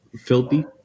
Filthy